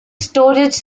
storage